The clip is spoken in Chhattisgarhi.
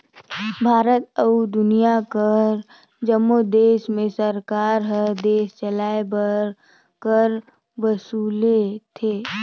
भारत अउ दुनियां कर जम्मो देस में सरकार हर देस चलाए बर कर वसूलथे